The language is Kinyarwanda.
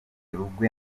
rugwe